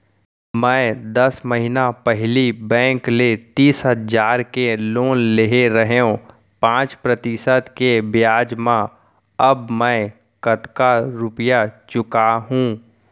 मैं दस महिना पहिली बैंक ले तीस हजार के लोन ले रहेंव पाँच प्रतिशत के ब्याज म अब मैं कतका रुपिया चुका हूँ?